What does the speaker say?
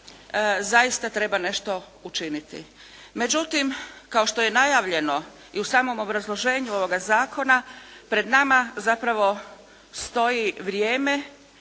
zaista treba nešto učiniti. Međutim kao što je najavljeno i u samom obrazloženju ovoga zakona pred nama zapravo stoji vrijeme